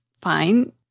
fine